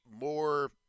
more